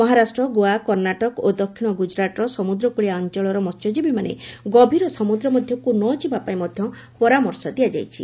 ମହାରାଷ୍ଟ୍ର ଗୋଆ କର୍ଷାଟକ ଓ ଦକ୍ଷିଣ ଗୁଜରାଟର ସମୁଦ୍ରକୂଳିଆ ଅଞ୍ଚଳର ମହ୍ୟଜୀବୀମାନେ ଗଭୀର ସମୁଦ୍ର ମଧ୍ୟକୁ ନ ଯିବା ପାଇଁ ମଧ୍ୟ ପରାମର୍ଶ ଦିଆଯାଇଛି